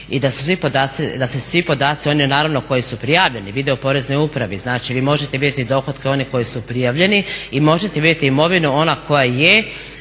i da se svi podaci, oni naravno koji su prijavljeni, vide u poreznoj upravi, znači vi možete vidjeti dohotke one koji su prijavljeni i možete vidjeti imovinu ona koja je